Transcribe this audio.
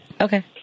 Okay